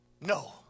no